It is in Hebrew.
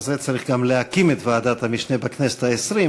לשם זה צריך גם להקים את ועדת המשנה בכנסת העשרים,